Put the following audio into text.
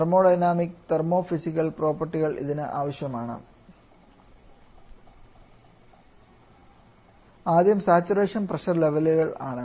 thermodynamic thermophysical പ്രോപ്പർട്ടികൾ ഇതിന് ആവശ്യമാണ് ആദ്യം സാച്ചുറേഷൻ പ്രഷർ ലെവലുകൾ ആണ്